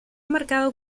marcado